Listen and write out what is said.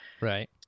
Right